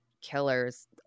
killers